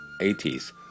80s